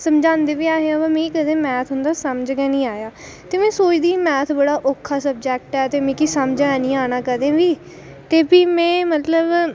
समझांदे बी ऐहे पर मिगी कदें उं'दा मैथ समझ निं आया ते में सोचदी ही कि मैथ बड़ा औखा सब्जेक्ट ऐ ते मिगी समझ ऐ निं आना कदें बी ते भी में मतलब